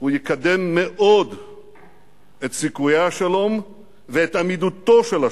הוא יקדם מאוד את סיכויי השלום ואת עמידותו של השלום.